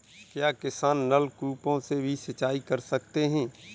क्या किसान नल कूपों से भी सिंचाई कर सकते हैं?